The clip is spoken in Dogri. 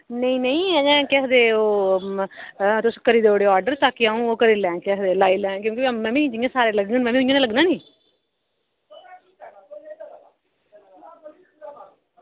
नेईं नेईं अजें केह् आखदे ओह् तुस करी ते देई ओड़ेओ आर्डर ताकि अ'ऊं करी लैंङ केह् आखदे लाई लैङ क्योंकि में बी सारे जियां सारे लगङन में बी उ'यां गै लग्गना निं